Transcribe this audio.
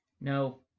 no